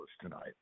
tonight